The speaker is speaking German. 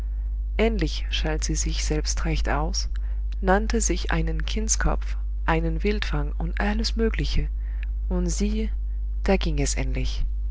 endlich schalt sie sich selbst recht aus nannte sich einen kindskopf einen wildfang und alles mögliche und siehe da ging es endlich